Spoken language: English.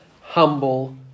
humble